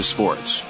Sports